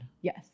Yes